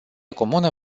comună